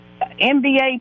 NBA